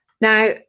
Now